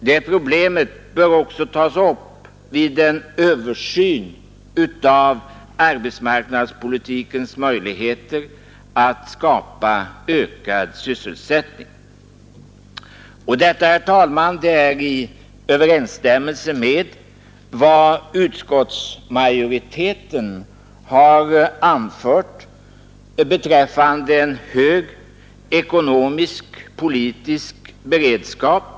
Det problemet bör även tas upp vid en översyn av arbetsmarknadspolitikens möjligheter att skapa ökad sysselsättning. Detta, herr talman, står i överensstämmelse med vad utskottsmajoriteten har anfört om behovet av en hög ekonomisk-politisk beredskap.